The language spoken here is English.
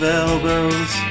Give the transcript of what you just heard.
elbows